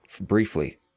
briefly